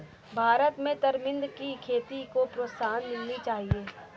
भारत में तरमिंद की खेती को प्रोत्साहन मिलनी चाहिए